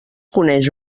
coneix